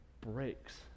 breaks